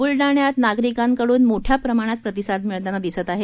बुलडाण्यात नागरिकाकडून मोठ्या प्रमाणात प्रतिसाद मिळताना दिसत आहे